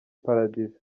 paradizo